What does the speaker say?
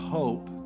hope